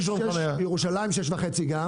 ירושלים 6.5 גם.